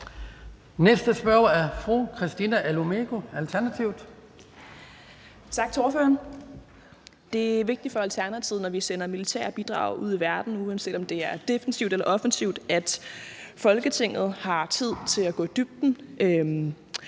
Kl. 09:33 Christina Olumeko (ALT): Tak til ordføreren. Det er vigtigt for Alternativet, når vi sender militære bidrag ud i verden, uanset om de er defensive eller offensive, at Folketinget har tid til at gå i dybden